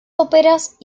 óperas